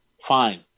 fine